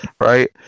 right